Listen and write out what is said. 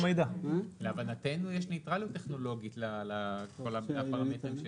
להבנתנו נטרלנו טכנולוגית את כל הפרמטרים.